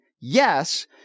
yes